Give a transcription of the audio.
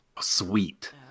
Sweet